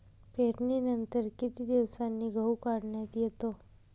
पेरणीनंतर किती दिवसांनी गहू काढण्यात येतो?